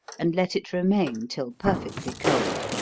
and let it remain till perfectly cold.